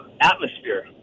atmosphere